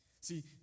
See